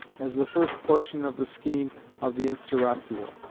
as the first portion of the scheme of the instauratio,